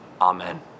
Amen